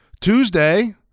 Tuesday